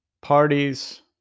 parties